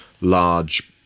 large